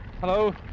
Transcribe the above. hello